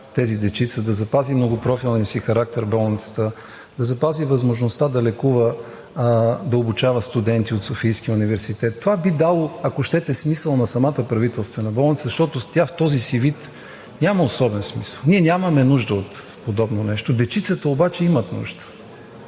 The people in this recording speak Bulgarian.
болницата да запази многопрофилния си характер, да запази възможността да обучава студенти от Софийския университет. Това би дало, ако щете смисъл на самата Правителствена болница, защото тя в този си вид няма особен смисъл. Ние нямаме нужда от подобно нещо. Дечицата обаче имат нужда.